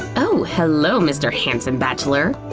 oh hello, mr. handsome bachelor!